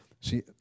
See